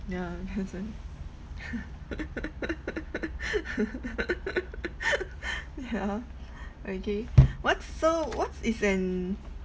ya hasn't yeah okay what's so what's is an